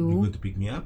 you want to pick me up